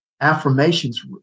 affirmations